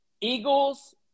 Eagles